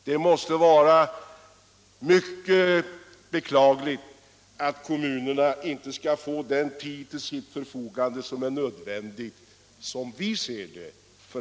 Det är mycket beklagligt att kommunerna inte får den remisstid till sitt förfogande som vi anser vara nödvändig.